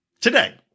today